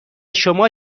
شما